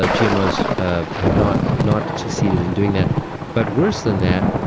ah gmos ah have not have not succeeded in doing that but worse than that,